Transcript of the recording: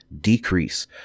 decrease